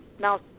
now